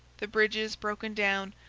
the bridges broken down,